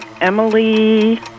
Emily